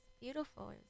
beautiful